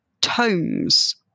tomes